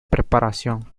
preparación